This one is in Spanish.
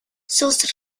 sus